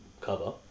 cover